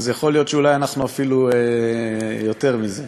יכול להיות שאנחנו אפילו יותר מזה.